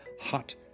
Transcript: hot